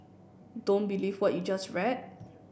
don't believe what you just read